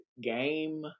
game